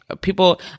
People